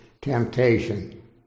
temptation